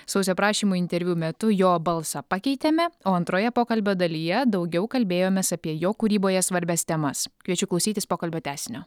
sausio prašymu interviu metu jo balsą pakeitėme o antroje pokalbio dalyje daugiau kalbėjomės apie jo kūryboje svarbias temas kviečiu klausytis pokalbio tęsinio